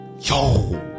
Yo